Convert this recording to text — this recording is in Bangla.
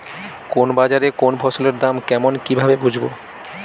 কোন বাজারে কোন ফসলের দাম কেমন কি ভাবে বুঝব?